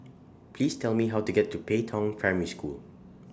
Please Tell Me How to get to Pei Tong Primary School